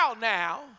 now